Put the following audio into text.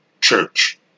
church